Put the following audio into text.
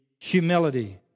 humility